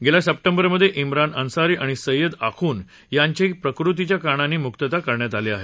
गेल्या सप्टेंबरमधे भिरान अन्सारी आणि सय्यद आखून यांची प्रकृतीच्या कारणांनी मुक्तता करण्यात आली आहे